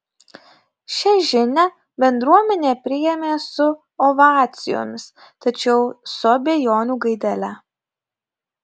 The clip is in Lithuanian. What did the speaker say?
šia žinią bendruomenė priėmė su ovacijomis tačiau su abejonių gaidele